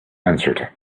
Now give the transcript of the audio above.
answered